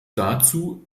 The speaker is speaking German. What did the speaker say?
dazu